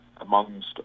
amongst